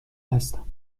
هستم